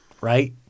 right